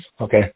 Okay